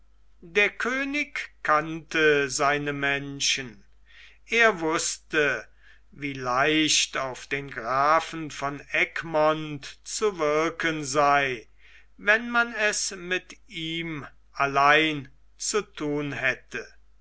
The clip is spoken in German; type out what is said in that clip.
der könig kannte seine menschen er wußte wie leicht auf den grafen von egmont zu wirken sei wenn man es mit ihm allein zu thun hätte